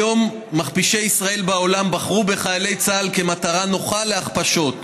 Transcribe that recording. היום מכפישי ישראל בעולם בחרו בחיילי צה"ל כמטרה נוחה להכפשות,